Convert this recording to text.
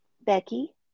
Becky